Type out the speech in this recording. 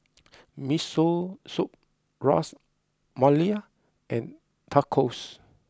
Miso Soup Ras Malai and Tacos